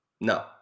No